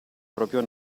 proprio